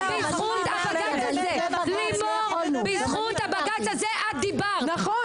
-- לימור בזכות הבג"צ הזה את דיברת,